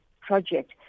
project